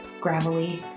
gravelly